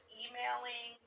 emailing